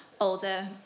older